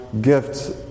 gifts